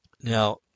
now